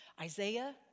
Isaiah